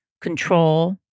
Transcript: control